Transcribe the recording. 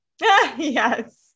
Yes